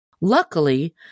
Luckily